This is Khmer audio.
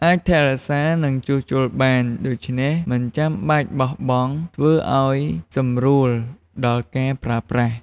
អាចថែរក្សា និងជួសជុលបាន ដូច្នេះមិនចាំបាច់បោះបង់ ធ្វើឲ្យសម្រួលដល់ការប្រើប្រាស់។